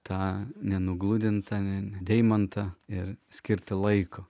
tą nenugludintą deimantą ir skirti laiko